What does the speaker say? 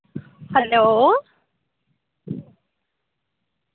hello